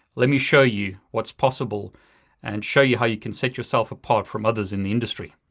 let me show you what's possible and show you how you can set yourself apart from others in the industry.